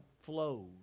flows